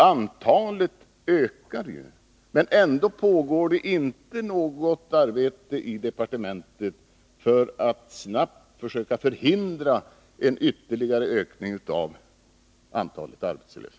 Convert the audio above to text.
Antalet ökar ju, men ändå pågår inte något arbete i departementet för att snabbt försöka förhindra en ytterligare ökning av antalet arbetslösa.